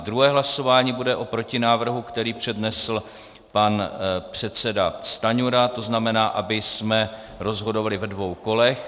Druhé hlasování bude o protinávrhu, který přednesl pan předseda Stanjura, to znamená, abychom rozhodovali ve dvou kolech.